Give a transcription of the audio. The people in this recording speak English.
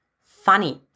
funny